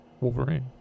Wolverine